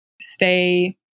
stay